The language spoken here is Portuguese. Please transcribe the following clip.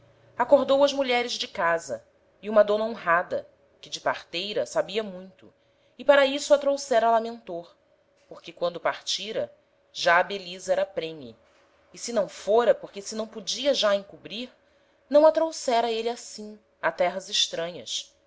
acordou as mulheres de casa e uma dona honrada que de parteira sabia muito e para isso a trouxera lamentor porque quando partira já belisa era prenhe e se não fôra porque se não podia já encobrir não a trouxera êle assim a terras estranhas